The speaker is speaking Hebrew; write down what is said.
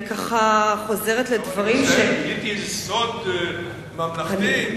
גיליתי איזה סוד ממלכתי?